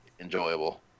enjoyable